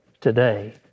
today